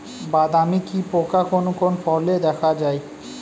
বাদামি কি পোকা কোন কোন ফলে দেখা যায়?